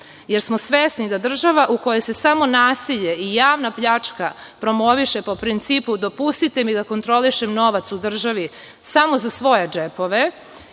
jer smo svesni da država u kojoj se samo naselje i javna pljačka promoviše po principu – dopustite mi da kontrolišem novac u državi samo za svoje džepove